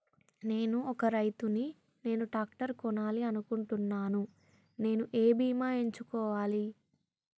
నేను ఒక రైతు ని నేను ట్రాక్టర్ కొనాలి అనుకుంటున్నాను నేను ఏ బీమా ఎంచుకోవాలి?